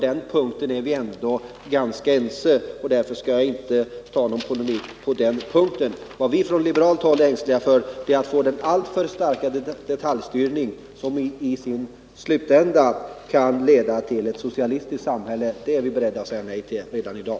Därom är vi ändå ganska ense, och därför skall jag inte gå i polemik med honom på den punkten. Vad vi från liberalt håll är ängsliga för är att få den alltför starka detaljstyrning, som i sin förlängning leder till ett socialistiskt samhälle. Det är vi beredda att säga nej till redan i dag.